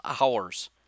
hours